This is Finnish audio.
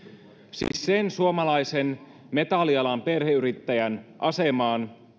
siis sen suomalaisen metallialan perheyrittäjän asemaan